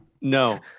No